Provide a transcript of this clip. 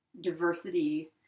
diversity